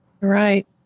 Right